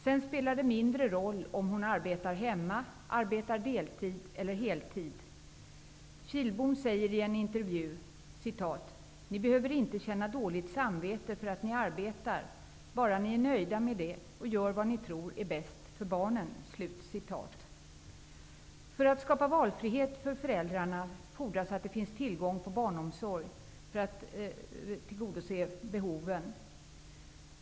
Sedan spelar det mindre roll om hon arbetar deltid, heltid eller hemma. Ulla Kihlbom säger i en intervju: ''Ni behöver inte känna dåligt samvete för att ni arbetar, bara ni är nöjda med det och gör vad ni tror är bäst för barnen.'' För att skapa valfrihet för föräldrar fordras det för att tillgodose behoven tillgång på barnomsorg.